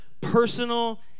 personal